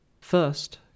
First